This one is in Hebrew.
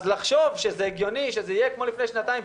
לחשוב שהגיוני שזה יהיה כמו לפני שנתיים,